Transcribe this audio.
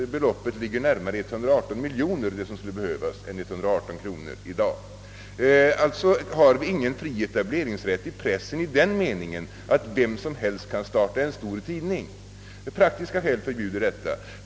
Det belopp som behövs ligger närmare 118 miljoner kronor. Alltså har vi ingen fri etableringsrätt i pressen i den meningen att vem som helst kan starta en stor tidning. Praktiska skäl förbjuder det.